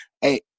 hey